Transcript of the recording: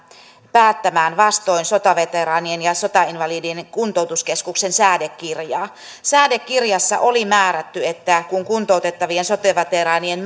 päättämään vastoin sotaveteraanien ja sotainvalidien kuntoutuskeskuksen säädekirjaa säädekirjassa oli määrätty että kun kuntoutettavien sotaveteraanien